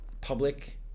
public